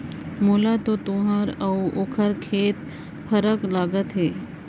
मोला तो तुंहर अउ ओकर खेत फरक लागत हे